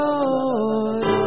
Lord